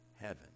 heaven